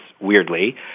weirdly